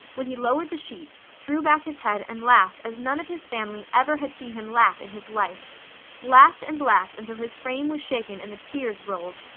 when he lowered the sheet, threw back his head and laughed as none of his family ever had seen him laugh in his life laughed and laughed until his frame was shaken and the tears rolled.